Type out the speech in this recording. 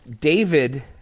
David